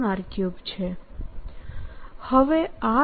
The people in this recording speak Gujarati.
rr3 છે